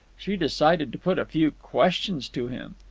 she decided to put a few questions to him.